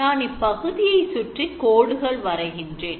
நான் இப்பகுதியினை சுற்றி கோடுகள் வரைகின்றேன்